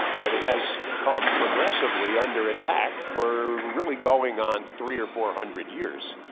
but it has come progressively under attach for really going on three or four hundred years.